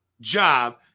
job